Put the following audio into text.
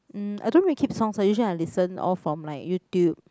um I don't really keep songs I usually listen all from like YouTube